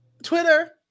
Twitter